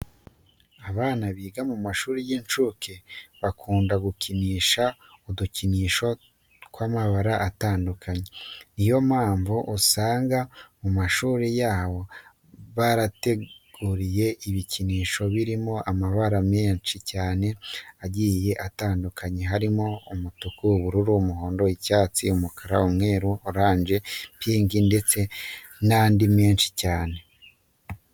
Abana biga mu mashuri y'inshuke bakunda gukinisha udukinisho tw'amabara atandukanye. Niyo mpamvu uzasanga mu mashuri yabo barabateguriye ibikinisho birimo amabara menshi cyane agiye atandukanye harimo umutuku, ubururu, umuhondo, icyatsi, umukara, umweru, oranje, pinki ndetse n'andi menshi cyane.